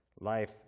Life